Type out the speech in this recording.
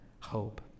hope